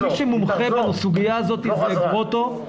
מי שמומחה בסוגיה הזאת הוא פרופ' גרוטו,